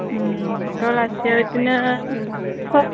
टलासेयाव बिदिनो स